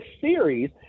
series